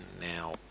Now